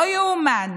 לא ייאמן